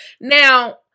now